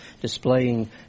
displaying